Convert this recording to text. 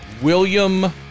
william